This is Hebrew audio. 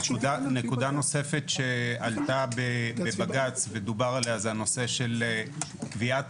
נקודה נוספת שעלתה בבג"ץ ודובר עליה היא הנושא של קביעת